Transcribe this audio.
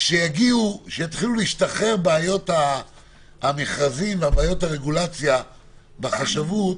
כשיתחילו להשתחרר בעיות המכרזים ובעיות הרגולציה בחשבות,